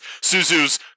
Suzu's